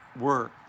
work